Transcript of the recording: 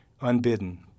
Unbidden